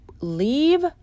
leave